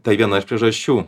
tai viena iš priežasčių